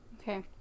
Okay